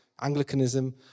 Anglicanism